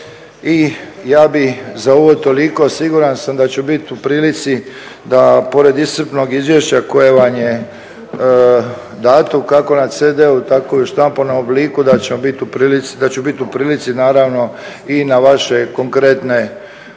I ja bih za ovo toliko. Siguran sam da ću biti u prilici da pored iscrpnog izvješća koje vam je dato kako na CD-u tako i u štampanom obliku da ću biti u prilici i na vaše konkretne